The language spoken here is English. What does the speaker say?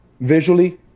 visually